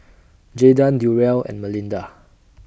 Jaydan Durrell and Melinda